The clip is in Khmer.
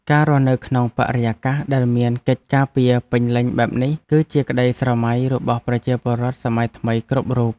ការរស់នៅក្នុងបរិយាកាសដែលមានកិច្ចការពារពេញលេញបែបនេះគឺជាក្តីស្រមៃរបស់ប្រជាពលរដ្ឋសម័យថ្មីគ្រប់រូប។